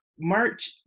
march